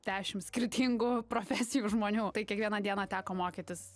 dešim skirtingų profesijų žmonių tai kiekvieną dieną teko mokytis